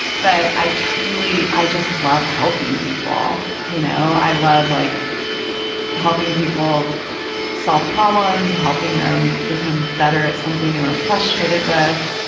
but i truly i just love helping people, you know? i love like helping people solve problems, helping them become better at something they were frustrated with.